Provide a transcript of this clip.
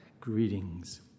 greetings